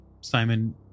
Simon